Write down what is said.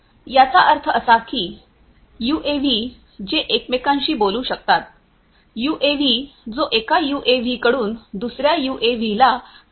याचा अर्थ असा की यूएव्ही जे एकमेकांशी बोलू शकतात यूएव्ही जे एका यूएव्हीकडून दुसर्या यूएव्हीला संदेश पाठवू शकतात